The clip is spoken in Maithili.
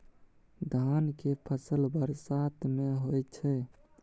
धान के फसल बरसात में होय छै?